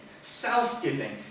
self-giving